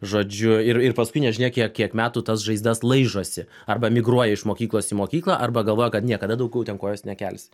žodžiu ir ir paskui nežinia kiek kiek metų tas žaizdas laižosi arba migruoja iš mokyklos į mokyklą arba galvoja kad niekada daugiau ten kojos nekels